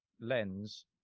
lens